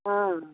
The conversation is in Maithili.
हँ